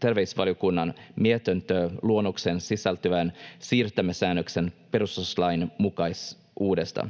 terveysvaliokunnan mietintöluonnokseen sisältyvän siirtymäsäännöksen perustuslainmukaisuudesta.